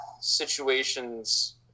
situations